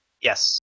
Yes